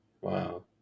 Wow